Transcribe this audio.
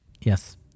Yes